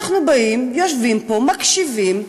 אנחנו באים, יושבים פה, מקשיבים,